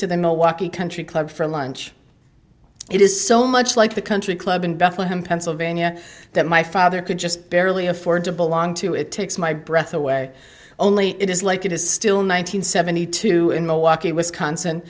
to the milwaukee country club for lunch it is so much like the country club in bethlehem pennsylvania that my father could just barely afford to belong to it takes my breath away only it is like it is still nine hundred seventy two in milwaukee wisconsin